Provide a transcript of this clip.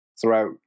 throughout